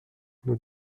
nos